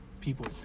people